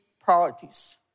priorities